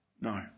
No